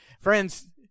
Friends